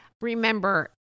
Remember